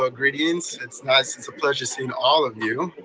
ah gradients, it's nice, it's a pleasure seeing all of you.